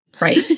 right